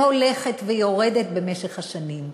והולכת ויורדת במשך השנים,